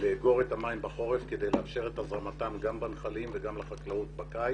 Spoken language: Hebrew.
לאגור את המים בחורף כדי לאפשר את הזרמתם גם בנחלים וגם לחקלאות בקיץ.